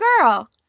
girl